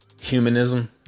humanism